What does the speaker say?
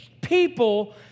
people